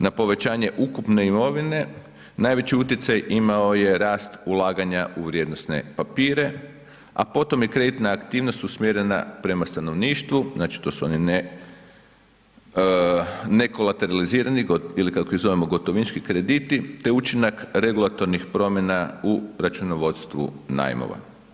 Na povećanje ukupne imovine najveći utjecaj imao je rast ulaganja u vrijednosne papire, a potom je kreditna aktivnost usmjerena prema stanovništvu, znači to su ne kolateralizirani ili kako ih zovemo gotovinski krediti te učinak regulatornih promjena u računovodstvu najmova.